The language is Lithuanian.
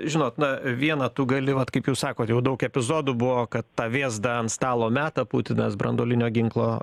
žinot na viena tu gali vat kaip jūs sakot jau daug epizodų buvo kad tą vėzdą ant stalo meta putinas branduolinio ginklo